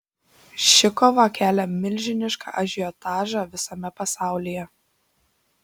ši kova kelia milžinišką ažiotažą visame pasaulyje